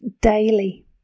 daily